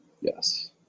Yes